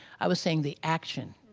i was saying the action,